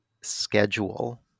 schedule